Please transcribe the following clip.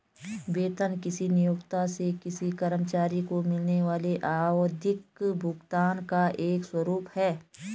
वेतन किसी नियोक्ता से किसी कर्मचारी को मिलने वाले आवधिक भुगतान का एक स्वरूप है